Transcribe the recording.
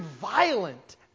violent